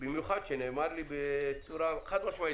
במיוחד כשנאמר לי בצורה חד-משמעית.